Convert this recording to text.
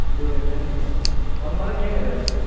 ಬಿಡಿ ಹೂವು ಐತೇನು ಸರ್ ಒಂದು ಮೊಳಕ್ಕೆ ಹೆಂಗೆ ರೀ ಅದು